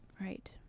right